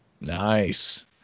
Nice